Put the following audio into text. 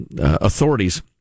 authorities